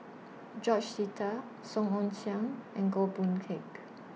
George Sita Song Ong Siang and Goh Boon Teck